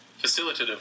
facilitative